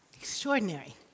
extraordinary